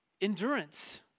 endurance